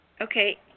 Okay